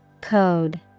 Code